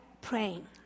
praying